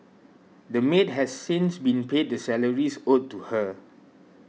the maid has since been paid the salaries owed to her